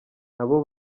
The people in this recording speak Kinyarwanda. nabo